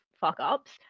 fuck-ups